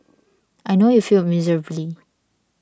I know you failed miserably